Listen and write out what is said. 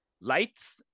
Lights